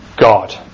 God